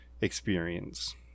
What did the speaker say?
experience